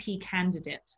candidate